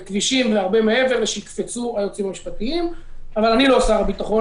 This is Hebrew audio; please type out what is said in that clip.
כבישים והרבה מעבר ושיקפצו היועצים המשפטיים אבל אני לא שר הביטחון.